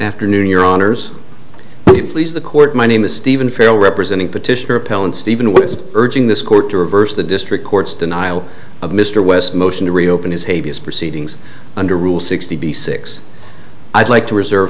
afternoon your honors please the court my name is stephen farrell representing petitioner appellant stephen was urging this court to reverse the district court's denial of mr west motion to reopen his abs proceedings under rule sixty six i'd like to reserve